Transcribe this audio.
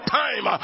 time